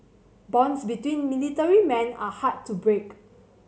bonds between military men are hard to break